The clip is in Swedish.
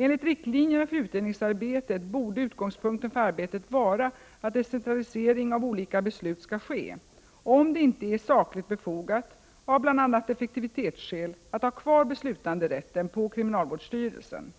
Enligt riktlinjerna för utredningsarbetet borde utgångspunkten för arbetet vara att decentralisering av olika beslut skall ske, om det inte är sakligt befogat av bl.a. effektivitetsskäl att ha kvar beslutanderätten på kriminalvårdsstyrelsen.